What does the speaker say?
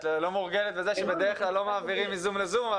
את לא מורגלת בזה שבדרך כלל לא מעבירים מזום לזום.